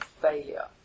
failure